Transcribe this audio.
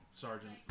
sergeant